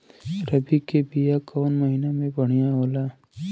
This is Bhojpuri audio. रबी के बिया कवना महीना मे बढ़ियां होला?